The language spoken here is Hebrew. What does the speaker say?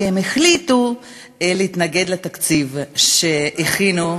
כי הם החליטו להתנגד לתקציב שהכינו,